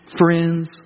friends